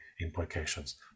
implications